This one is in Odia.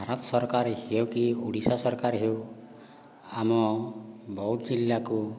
ଭାରତ ସରକାର ହେଉ କି ଓଡ଼ିଶା ସରକାର ହେଉ ଆମ ବୌଦ୍ଧ ଜିଲ୍ଲାକୁ